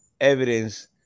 evidence